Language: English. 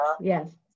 Yes